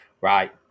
right